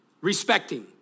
respecting